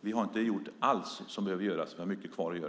vi har inte gjort allt som behöver göras. Vi har mycket kvar att göra.